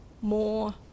more